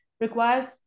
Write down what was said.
requires